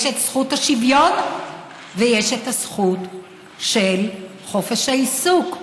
יש את זכות השוויון ויש את הזכות של חופש העיסוק,